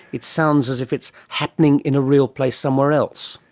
it sounds as if it's happening in a real place somewhere else.